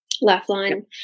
lifeline